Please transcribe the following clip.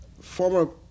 former